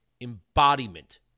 embodiment